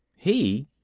he?